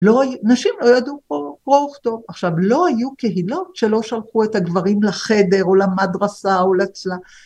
‫נשים לא ידעו פה קרוא וכתוב. ‫עכשיו, לא היו קהילות ‫שלא שלחו את הגברים לחדר ‫או למדרסה או לצלא.